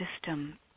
system